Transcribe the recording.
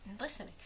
listening